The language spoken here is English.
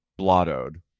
Blottoed